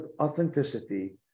authenticity